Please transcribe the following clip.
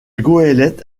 goélette